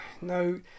no